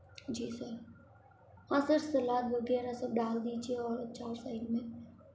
जी sir हाँ sir salad वगैरह सब डाल दीजिए और अचार साइड में